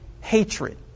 hatred